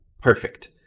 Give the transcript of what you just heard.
Perfect